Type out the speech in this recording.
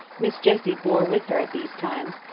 miss jessie bore with her at these times,